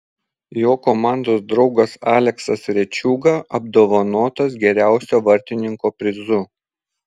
jo komandos draugas aleksas rečiūga apdovanotas geriausio vartininko prizu